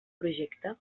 projecte